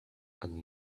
and